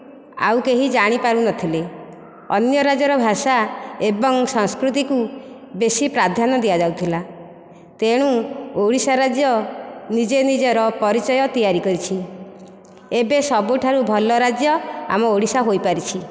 ଆଉକେହି ଜାଣିପାରୁନଥିଲେ ଅନ୍ୟ ରାଜ୍ୟର ଭାଷା ଏବଂ ସଂସ୍କୃତି କୁ ବେଶି ପ୍ରାଧାନ୍ୟ ଦିଆଯାଉଥିଲା ତେଣୁ ଓଡ଼ିଶା ରାଜ୍ୟ ନିଜେ ନିଜର ପରିଚୟ ତିଆରି କରିଛି ଏବେ ସବୁଠାରୁ ଭଲ ରାଜ୍ୟ ଆମ ଓଡ଼ିଶା ହୋଇପାରିଛି